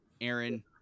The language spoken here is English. Aaron